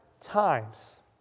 times